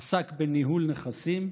עסק בניהול נכסים,